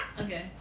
Okay